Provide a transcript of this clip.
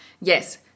Yes